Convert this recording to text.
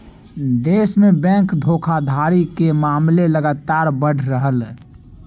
देश में बैंक धोखाधड़ी के मामले लगातार बढ़ रहलय